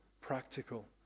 practical